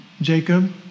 Jacob